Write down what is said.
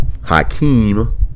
Hakeem